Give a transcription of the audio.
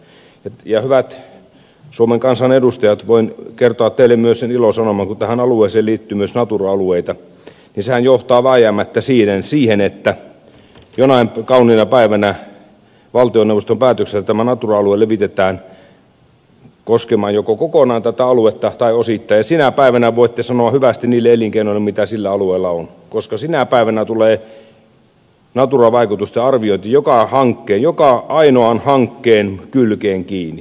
hyvät suomen kansanedustajat voin kertoa teille myös sen ilosanoman kun tähän alueeseen liittyy myös natura alueita että sehän johtaa vääjäämättä siihen että jonain kauniina päivänä valtioneuvoston päätöksellä tämä natura alue levitetään koskemaan joko kokonaan tätä aluetta tai osittain ja sinä päivänä voitte sanoa hyvästi niille elinkeinoille mitä sillä alueella on koska sinä päivänä tulee natura vaikutusten arviointi joka ainoan hankkeen kylkeen kiinni